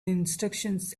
instructions